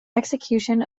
execution